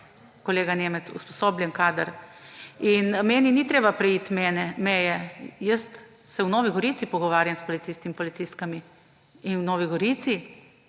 kolega Nemec, usposobljen kader. In meni ni treba preiti meje, jaz se v Novi Gorici pogovarjam s policisti in policistkami in v Novi Gorici